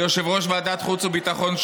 ליושב-ראש ועדת החוץ והביטחון,